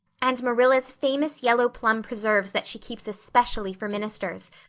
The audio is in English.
and marilla's famous yellow plum preserves that she keeps especially for ministers,